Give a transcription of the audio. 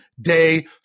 day